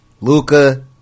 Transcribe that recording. Luca